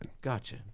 Gotcha